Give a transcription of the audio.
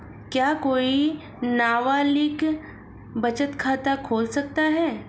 क्या कोई नाबालिग बचत खाता खोल सकता है?